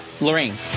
Lorraine